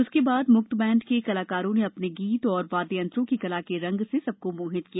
उसके बाद म्क्त बैंड के कलाकारों ने अपने गीत व वाद्य यंत्रों की कला के रंग से सबको मोहित किया